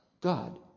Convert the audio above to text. God